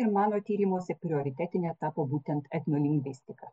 ir mano tyrimuose prioritetine tapo būtent etnolingvistika